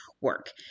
work